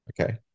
Okay